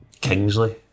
Kingsley